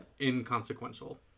inconsequential